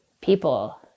people